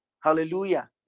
hallelujah